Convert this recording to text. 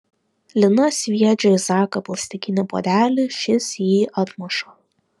lina sviedžia į zaką plastikinį puodelį šis jį atmuša